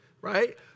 right